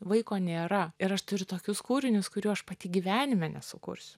vaiko nėra ir aš turiu tokius kūrinius kurių aš pati gyvenime nesukursiu